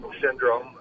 syndrome